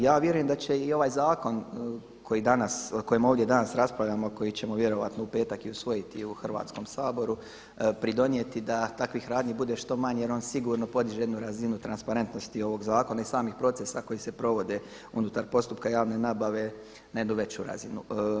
Ja vjerujem da će i ovaj zakon koji danas, o kojemu ovdje danas raspravljamo a koji ćemo vjerojatno u petak i usvojiti u Hrvatskom saboru pridonijeti da takvih radnji bude što manje jer on sigurno podiže jednu razinu transparentnosti ovog zakona i samih procesa koji se provode unutar postupka javne nabave na jednu veću razinu.